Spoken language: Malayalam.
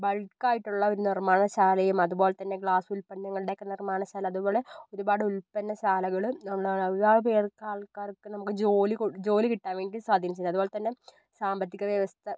ബൾക്കായിട്ടുള്ള ഒരു നിർമ്മാണശാലയും അതുപോലെ തന്നെ ഗ്ലാസ് ഉൽപന്നങ്ങളുടെയൊക്കെ നിർമ്മാണശാല അതുപോലെ ഒരുപാട് ഉൽപ്പന്ന ശാലകളും നമ്മുടെ ഒരുപാട് പേർക്ക് ആൾക്കാർക്ക് നമുക്ക് ജോലി കൊടു ജോലി കിട്ടാൻ വേണ്ടി സ്വാധീനിച്ചിട്ടുണ്ട് അതുപോലെ തന്നെ സാമ്പത്തിക വ്യവസ്ഥ